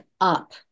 up